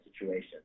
situation